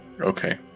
okay